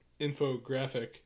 infographic